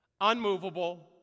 unmovable